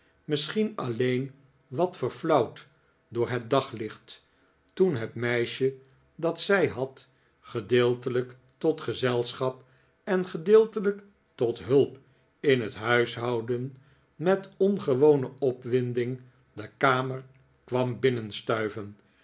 misschien alleen wat verflauwd door het daglicht toen het meisje dat zij had gedeeltelijk tot gezelschap en gedeeltelijk tot hulp in het huishouden met ongewone opwinding de kamer kwam